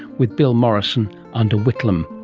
with bill morrison under whitlam.